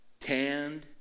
tanned